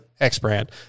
X-Brand